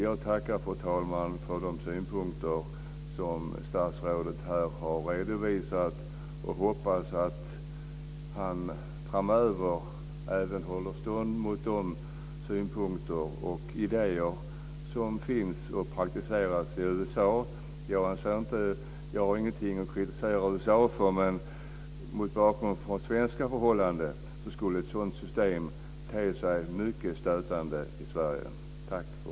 Jag tackar, fru talman, för de synpunkter som statsrådet har redovisat och hoppas att han framöver även håller stånd mot de synpunkter och idéer som finns och praktiseras i USA. Jag har ingenting att kritisera USA för, men mot bakgrund av svenska förhållanden skulle ett sådant system te sig mycket stötande i Sverige.